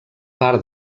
part